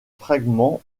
fragments